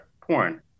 porn